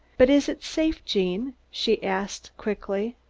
but is it safe, gene? she asked quickly.